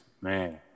man